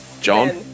John